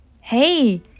Hey